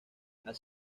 las